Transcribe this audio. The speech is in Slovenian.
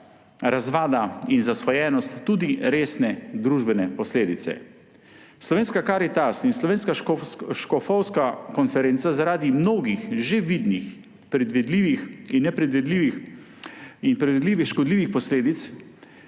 razvada in zasvojenost, tudi resne družbene posledice.« Slovenska karitas in Slovenska škofovska konferenca zaradi mnogih že vidnih, predvidljivih in nepredvidljivih škodljivih posledic